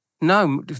No